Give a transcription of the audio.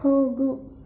ಹೋಗು